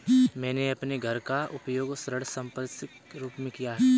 मैंने अपने घर का उपयोग ऋण संपार्श्विक के रूप में किया है